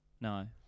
no